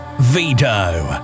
Vito